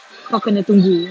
kau kena tunggu